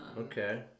okay